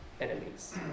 enemies